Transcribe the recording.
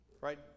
right